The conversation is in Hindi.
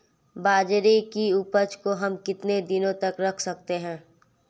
बाजरे की उपज को हम कितने दिनों तक रख सकते हैं?